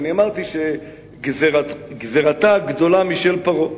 ואני אמרתי שגזירתה גדולה משל פרעה,